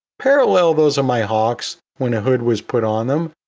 parallel those are my hawks when a hood was put on them.